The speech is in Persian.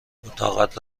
اتاقت